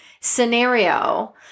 scenario